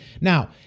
now